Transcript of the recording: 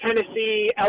Tennessee